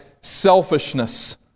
selfishness